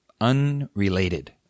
unrelated